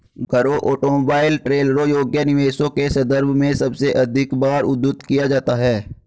घरों, ऑटोमोबाइल, ट्रेलरों योग्य निवेशों के संदर्भ में सबसे अधिक बार उद्धृत किया जाता है